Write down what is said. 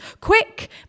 quick